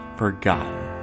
forgotten